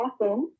awesome